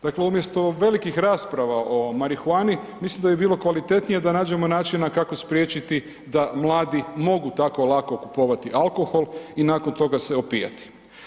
Dakle, umjesto velikih rasprava o marihuani mislim da bi bilo kvalitetnije da nađemo načina kako spriječiti da mladi mogu tako lako kupovati alkohol i nakon toga se opijati.